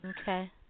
Okay